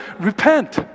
repent